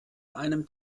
einem